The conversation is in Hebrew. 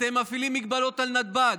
אתם מפעילים מגבלות על נתב"ג,